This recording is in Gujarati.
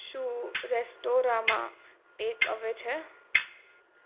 શું રેસ્ટોરાંમાં ટેકઅવે છે